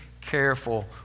careful